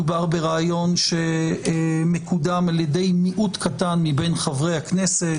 מדובר ברעיון שמקודם על-ידי מיעוט קטן מבין חברי הכנסת.